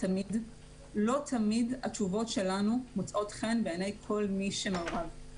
לא תמיד התשובות שלנו מוצאות חן בעיני כל מי שמעורב.